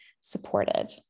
supported